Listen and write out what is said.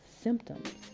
symptoms